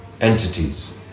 entities